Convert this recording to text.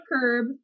curb